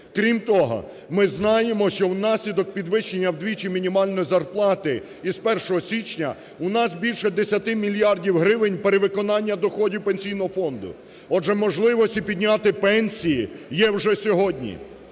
Крім того, ми знаємо, що внаслідок підвищення вдвічі мінімальної зарплати з 1 січня у нас більше десяти мільярдів гривень перевиконання доходів Пенсійного фонду, отже можливості підняти пенсії є вже сьогодні.